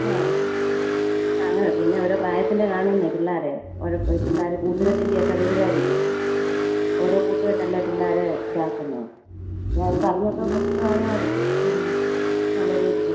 ആ ആ അങ്ങനെ പിന്നെ ഓരോ പ്രായത്തിൻ്റെ കാണുമെന്നേ പിള്ളേർ ഉഴപ്പ് പിള്ളേർ കൂട്ടുകെട്ടിൻ്റെ ഒക്കെ വരുമായിരിക്കും ഓരോ കൂട്ടുകെട്ടല്ലേ പിള്ളേരെ ഇതാക്കുന്നത് ഞാൻ പറഞ്ഞൊക്കെ കൊടുത്ത് കാണുമായിരിക്കും നല്ല രീതിയിൽ